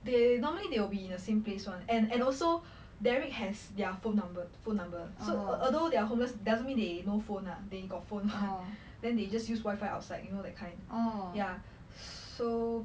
they normally they will be in the same place [one] and and also derek has their phone number phone number so although they are homeless doesn't mean they no phone lah they got phone [one] then they just use wifi outside you know that kind oh ya so